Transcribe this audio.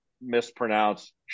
mispronounced